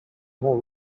more